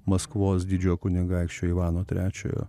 maskvos didžiojo kunigaikščio ivano trečiojo